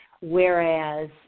whereas